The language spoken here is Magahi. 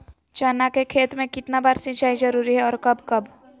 चना के खेत में कितना बार सिंचाई जरुरी है और कब कब?